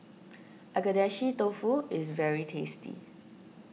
Agedashi Dofu is very tasty